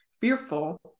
fearful